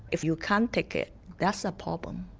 if you can't take it that's a problem.